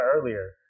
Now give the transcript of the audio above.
earlier